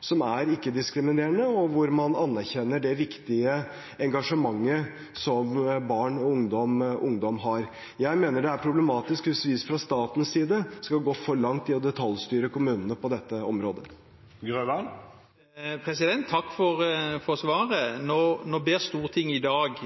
som er ikke-diskriminerende, og hvor man anerkjenner det viktige engasjementet som barn og ungdom har. Jeg mener det er problematisk hvis vi fra statens side skal gå for langt i å detaljstyre kommunene på dette området. Takk for svaret. Nå ber Stortinget i dag